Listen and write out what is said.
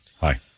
Hi